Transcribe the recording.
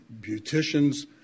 beauticians